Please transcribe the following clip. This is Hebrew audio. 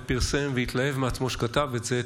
פרסם והתלהב מעצמו שכתב את זה,